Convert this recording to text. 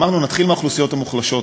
ואמרנו: נתחיל מהאוכלוסיות המוחלשות.